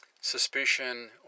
suspicion